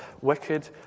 wicked